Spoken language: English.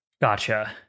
Gotcha